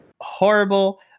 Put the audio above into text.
horrible